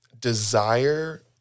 desire